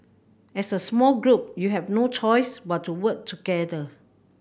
as a small group you have no choice but to work together